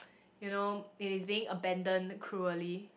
you know it is being abandoned cruelly